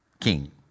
king